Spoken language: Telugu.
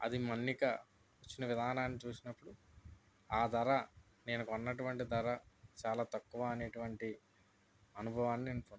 అది మన్నిక వచ్చిన విధానాన్ని చూసినప్పుడు ఆ ధర నేను కొన్నటువంటి ధర చాలా తక్కువ అనేటువంటి అనుభవాన్ని నేను పొందాను